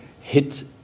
hit